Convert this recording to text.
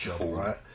right